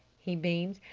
he beamed.